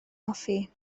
hoffi